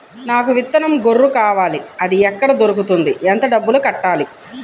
నాకు విత్తనం గొర్రు కావాలి? అది ఎక్కడ దొరుకుతుంది? ఎంత డబ్బులు కట్టాలి?